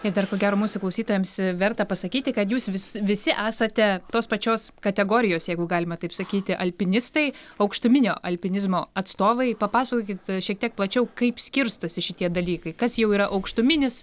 ir dar ko gero mūsų klausytojams verta pasakyti kad jūs vis visi esate tos pačios kategorijos jeigu galima taip sakyti alpinistai aukštuminio alpinizmo atstovai papasakokit šiek tiek plačiau kaip skirstosi šitie dalykai kas jau yra aukštuminis